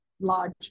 large